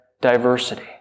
diversity